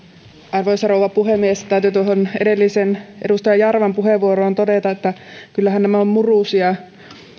arvoisa rouva puhemies täytyy tuohon edelliseen edustaja jarvan puheenvuoroon todeta että kyllähän nämä parannukset joita nyt tehtiin ovat murusia